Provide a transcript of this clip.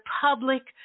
public